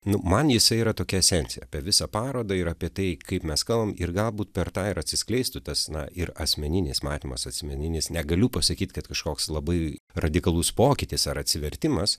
nu man jisai yra tokia esencija apie visą parodą ir apie tai kaip mes kalbam ir galbūt per tą ir atsiskleistų tas na ir asmeninis matymas asmeninis negaliu pasakyt kad kažkoks labai radikalus pokytis ar atsivertimas